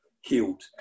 healed